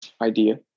idea